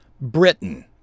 Britain